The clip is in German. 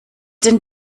den